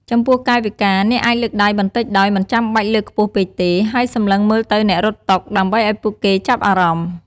ចំពោះកាយវិការ អ្នកអាចលើកដៃបន្តិចដោយមិនចាំបាច់លើកខ្ពស់ពេកទេ ហើយសម្លឹងមើលទៅអ្នករត់តុ ដើម្បីឲ្យពួកគេចាប់អារម្មណ៍។